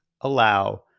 allow